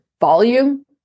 volume